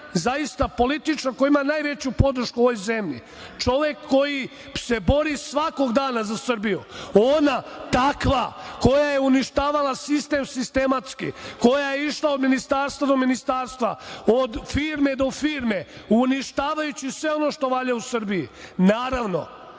zaista političar koji ima najveću podršku u ovoj zemlji, čovek koji se bori svakog dana za Srbiju, ona takva, koja je uništavala sistem, sistematski, koja je išla od ministarstva do ministarstva, od firme do firme, uništavajući sve ono što valja u Srbiji. Naravno,